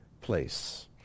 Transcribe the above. place